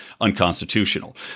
unconstitutional